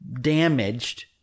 damaged